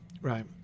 Right